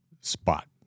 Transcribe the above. spot